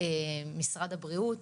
משרד הבריאות,